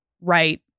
right